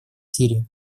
сирии